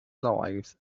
lives